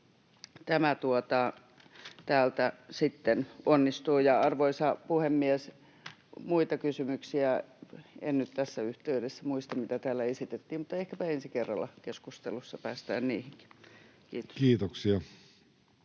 tämä täältä sitten onnistuu. Arvoisa puhemies! Muita kysymyksiä en nyt tässä yhteydessä muista, mitä täällä esitettiin, mutta ehkäpä ensi kerralla keskustelussa päästään niihinkin. — Kiitos.